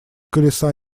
колеса